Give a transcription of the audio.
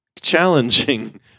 challenging